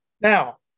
Now